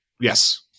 Yes